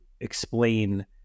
explain